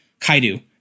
Kaidu